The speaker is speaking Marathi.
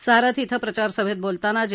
सारथ इथं प्रचारसभेत बोलताना जे